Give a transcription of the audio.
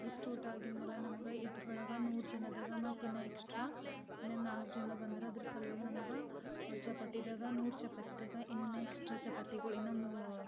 ಹಾಂ ಇಷ್ಟು ಊಟ ಆಗಿದ ಮೇಲೆ ನಮ್ಗೆ ಇದರೊಳಗೆ ನೂರು ಜನರಾಗೆ ಮತ್ತಿನ್ನು ಎಕ್ಸ್ಟ್ರಾ ಇನ್ನು ನಾಲ್ಕು ಜನ ಬಂದರೆ ಅದ್ರ ಸಲುವಾಗಿ ನಮ್ಗೆ ಚಪಾತಿಯಾಗೆ ನೂರು ಚಪಾತಿಯಾಗೆ ಇನ್ನು ಎಕ್ಸ್ಟ್ರಾ ಚಪಾತಿಗಳು ಇನ್ನೂ ಮು